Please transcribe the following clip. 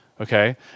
Okay